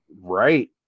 Right